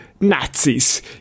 Nazis